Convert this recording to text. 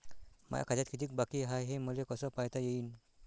माया खात्यात कितीक बाकी हाय, हे मले कस पायता येईन?